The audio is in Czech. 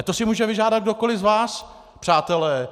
Ale to si může vyžádat kdokoli z vás, přátelé.